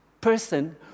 person